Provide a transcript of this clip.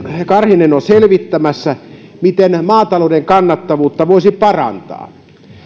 karhinen on selvittämässä miten maatalouden kannattavuutta voisi parantaa